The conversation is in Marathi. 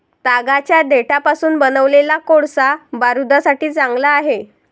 तागाच्या देठापासून बनवलेला कोळसा बारूदासाठी चांगला आहे